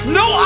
no